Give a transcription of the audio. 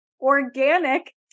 organic